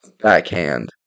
backhand